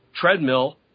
treadmill